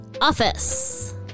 office